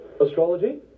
Astrology